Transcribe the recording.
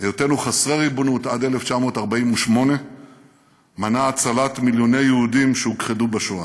היותנו חסרי ריבונות עד 1948 מנעה הצלת מיליוני יהודים שהוכחדו בשואה.